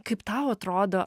kaip tau atrodo